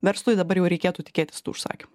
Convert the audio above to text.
verslui dabar jau reikėtų tikėtis tų užsakymų